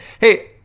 Hey